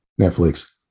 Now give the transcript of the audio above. Netflix